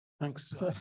Thanks